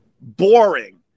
Boring